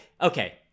okay